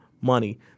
money